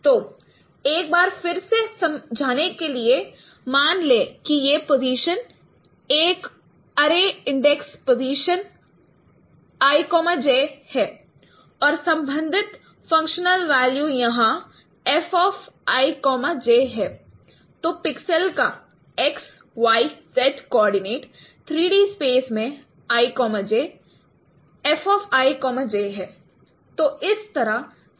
तो एक बार फिर से समझाने के लिए मान लें कि यह पोजीशन एक अरे इंडेक्स पोजीशन i j है और संबंधित फंक्शनल वेल्यू यहाँ f i j है तो पिक्सल का x y z coordinates 3 D space में i j f i j है तो इस तरह स्थान दिया जाता है